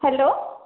hello